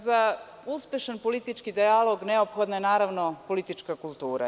Za uspešan politički dijalog neophodna je politička kultura.